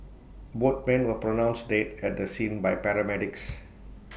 both men were pronounced dead at the scene by paramedics